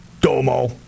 Domo